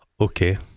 Okay